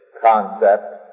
concept